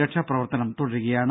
രക്ഷാപ്രവർത്തനം തുടരുകയാണ്